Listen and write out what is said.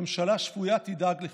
ממשלה שפויה תדאג לכך.